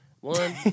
One